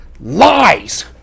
Lies